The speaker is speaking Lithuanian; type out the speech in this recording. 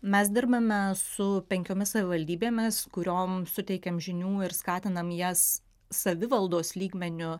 mes dirbame su penkiomis savivaldybėmis kuriom suteikiam žinių ir skatinam jas savivaldos lygmeniu